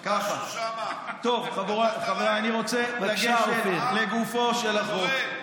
טוב, חבריי, אני רוצה לגשת לגופו של החוק.